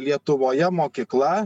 lietuvoje mokykla